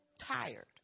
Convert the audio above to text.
tired